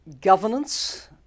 governance